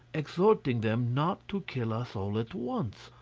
exhorting them not to kill us all at once.